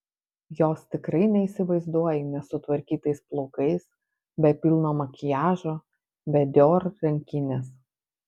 jos tikrai neįsivaizduoji nesutvarkytais plaukais be pilno makiažo be dior rankinės